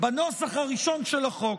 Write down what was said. בנוסח הראשון של החוק.